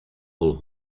wol